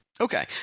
Okay